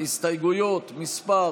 הסתייגויות מס'